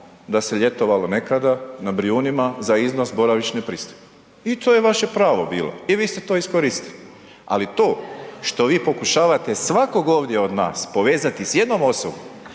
da se ljetovalo nekada na Brijunima za iznos boravišne pristojbe. I to je vaše pravo bilo i vi ste to iskoristili. Ali to što vi pokušavate svakog ovdje od nas povezati s jednom osobom,